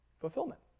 fulfillment